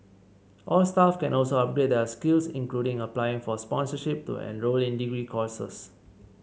all staff can also upgrade their skills including applying for sponsorship to enrol in degree courses